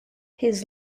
his